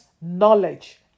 knowledge